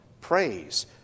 praise